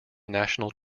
national